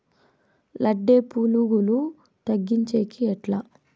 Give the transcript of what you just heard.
లద్దె పులుగులు తగ్గించేకి ఎట్లా?